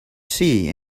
see